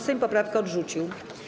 Sejm poprawkę odrzucił.